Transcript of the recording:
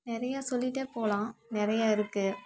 நிறையா சொல்லிட்டே போகலாம் நிறையா இருக்குது